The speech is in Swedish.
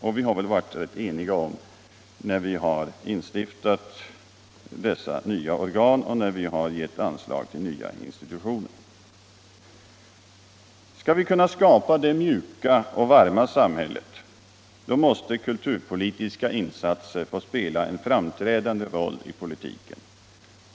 Det har vi varit ense om när vi instiftat dessa nya organ och när vi gett anslag till nya institutioner. Skall vi kunna skapa det mjuka och varma samhället måste kulturpolitiska insatser få spela en framträdande roll i politiken.